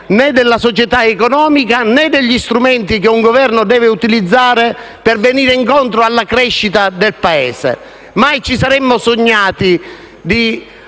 Grazie